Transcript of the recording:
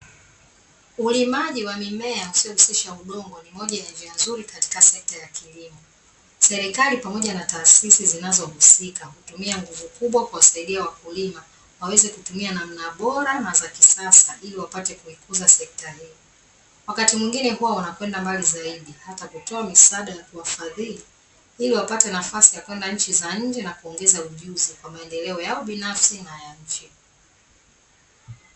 Ulimaji wa mimea yasiyohusisha udongo ni moja ni njia nzuri katika sekta ya kilimo. Serikali pamoja na taasisi zinazohusika hutumia nguvu kubwa, kuwasaidia wakulima waweze kutumia namna bora na za kisasa, ili wapate kuikuza sekta hii. Wakati mwingine huwa wanakwenda mbali zaidi hata kutoa misaada ya kuwafadhili ili wapate nafasi ya kwenda nchi za nje na kuongeza ujuzi kwa maendeleo yao binafsi na ya nchi.